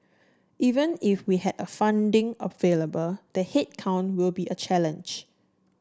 even if we had a funding available the headcount will be a challenge